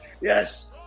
Yes